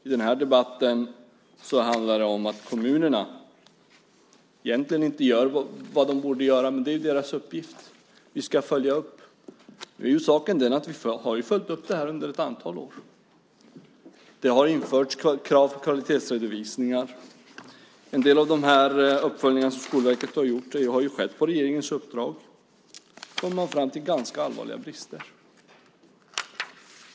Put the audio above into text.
I den här debatten handlar det om att kommunerna egentligen inte gör vad de borde göra, men det är ju deras uppgift. Vi ska följa upp. Saken är ju den att vi har följt upp det här under ett antal år. Det har införts krav på kvalitetsredovisningar. En del av de uppföljningar som Skolverket har gjort har ju skett på regeringens uppdrag. Man har kommit fram till ganska allvarliga brister.